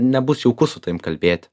nebus jauku su tavim kalbėti